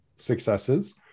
successes